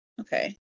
Okay